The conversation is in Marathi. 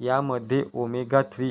यामध्ये ओमेगा थ्री